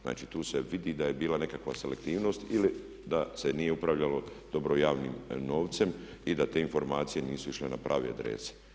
Znači, tu se vidi da je bila nekakva selektivnost ili da se nije upravljalo dobro javnim novcem i da te informacije nisu išle na prave adrese.